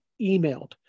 emailed